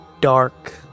dark